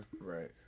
Right